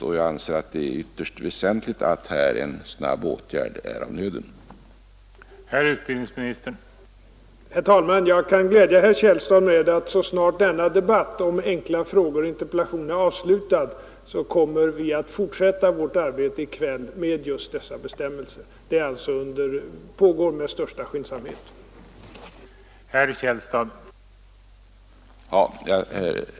Jag anser därför att det är ytterst väsentligt att snabba åtgärder sättes in.